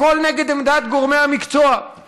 הכול נגד עמדת גורמי המקצוע.